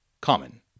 common